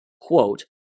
quote